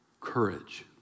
courage